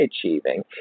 achieving